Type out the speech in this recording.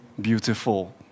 beautiful